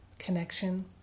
connection